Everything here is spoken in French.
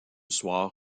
soir